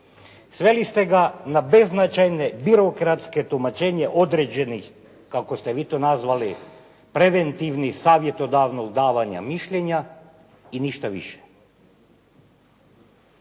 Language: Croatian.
Sveli ste na beznačajne birokratske tumačenje određenih, kako ste vi to nazvali, preventivni savjetodavnog davanja mišljenja i ništa više.